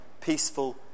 peaceful